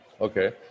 okay